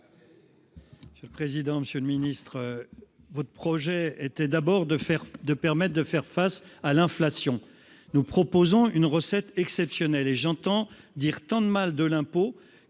Bruillet. Le président, Monsieur le Ministre votre projet était d'abord de faire deux permettent de faire face à l'inflation, nous proposons une recette exceptionnelle et j'entends dire tant de mal de l'impôt